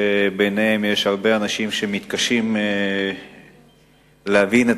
שביניהן הרבה אנשים שמתקשים להבין את